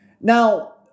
Now